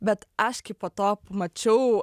bet aš kai po to mačiau